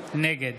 נגד